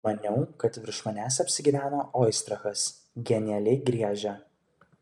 maniau kad virš manęs apsigyveno oistrachas genialiai griežia